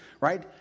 Right